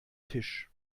tisch